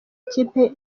ikipe